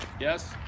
Yes